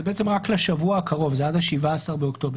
זה רק לשבוע הקרוב, זה עד ה-17 באוקטובר.